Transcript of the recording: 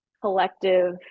collective